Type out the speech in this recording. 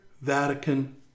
Vatican